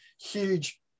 huge